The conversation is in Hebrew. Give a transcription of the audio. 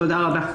תודה רבה.